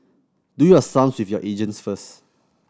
do your sums with your agent first